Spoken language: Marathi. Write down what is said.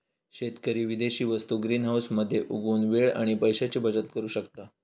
शेतकरी विदेशी वस्तु ग्रीनहाऊस मध्ये उगवुन वेळ आणि पैशाची बचत करु शकता